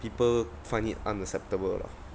people find it unacceptable lah